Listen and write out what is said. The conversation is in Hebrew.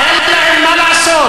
אין להם מה לעשות,